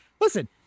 listen